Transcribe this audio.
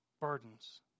burdens